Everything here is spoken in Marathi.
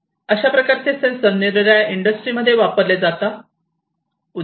अशा प्रकारचे सेंसर निरनिराळ्या इंडस्ट्रीमध्ये वापरले जातात